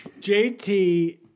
JT